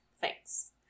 Thanks